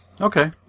Okay